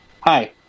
Hi